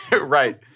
Right